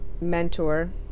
mentor